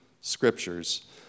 scriptures